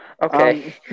Okay